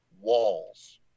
walls